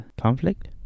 conflict